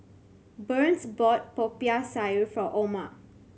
Burns bought Popiah Sayur for Oma